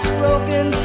broken